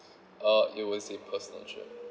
uh it was a personal trip